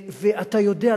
אתה יודע?